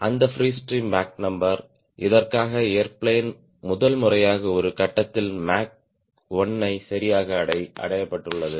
அந்த free stream Mach number இதற்காக airplane முதல்முறையாக ஒரு கட்டத்தில் மேக் 1 சரியாக அடையப்பட்டுள்ளது